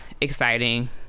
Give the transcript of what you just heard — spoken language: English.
exciting